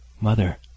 Mother